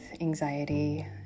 anxiety